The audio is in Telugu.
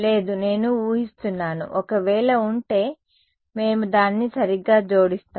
No I am just assuming i లేదు నేను ఊహిస్తున్నాను ఒకవేళ ఉంటే మేము దానిని సరిగ్గా జోడిస్తాము